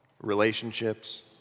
relationships